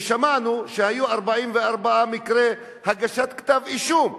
ושמענו שהיו 44 מקרי הגשת כתב-אישום,